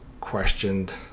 questioned